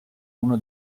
uno